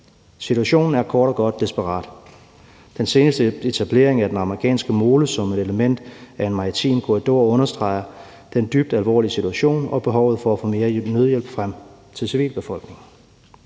Situationen er kort og godt desperat. Den seneste etablering af den amerikanske mole som et element i den maritime korridor understreger den dybt alvorlige situation og behovet for at få mere nødhjælp frem til civilbefolkningen.